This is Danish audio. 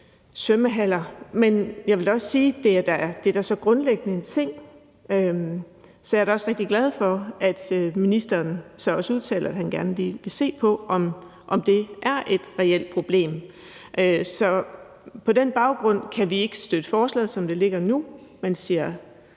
Men jeg vil da også sige, at det er så grundlæggende en ting, at jeg også er rigtig glad for, at ministeren udtaler, at han gerne lige vil se på, om det er et reelt problem. Så på den baggrund kan vi ikke støtte forslaget, som det ligger nu, men vi siger